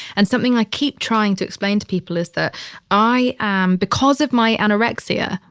and something i keep trying to explain to people is that i am, because of my anorexia,